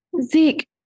Zeke